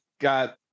got